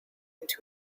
into